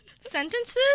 sentences